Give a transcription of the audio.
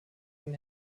den